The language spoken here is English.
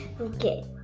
okay